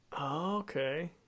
Okay